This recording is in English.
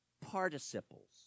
participles